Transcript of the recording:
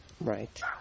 Right